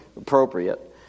appropriate